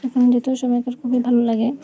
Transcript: সেখানে যেতেও সবায়কার খুবই ভালো লাগে